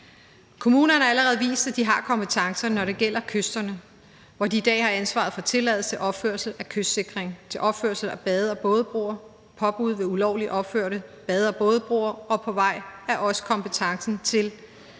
Kommunerne har allerede vist, at de har kompetencerne, når det gælder kysterne, hvor de i dag har ansvaret for tilladelse til opførelse af kystsikring, til opførelse af bade- og bådebroer, påbud ved ulovligt opførte bade- og bådebroer, og på vej er også kompetencen til